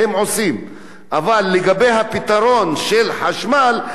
אבל לגבי הפתרון של חשמל הם לא עושים את זה.